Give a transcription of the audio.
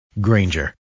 Granger